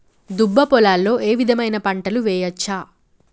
దుబ్బ పొలాల్లో ఏ విధమైన పంటలు వేయచ్చా?